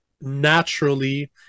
naturally